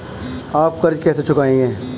आप कर्ज कैसे चुकाएंगे?